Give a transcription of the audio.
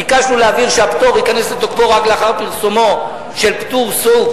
ביקשנו להבהיר שהפטור ייכנס לתוקפו רק לאחר פרסומו של פטור סוג